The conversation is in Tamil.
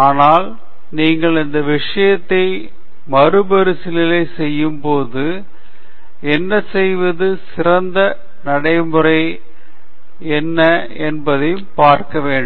அதனால் நீங்கள் இந்த விஷயத்தை மறுபரிசீலனை செய்யும்போது என்ன செய்வது சிறந்த நடைமுறை என்ன என்பதையும் பார்க்க வேண்டும்